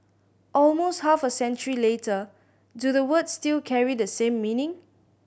almost half a century later do the words still carry the same meaning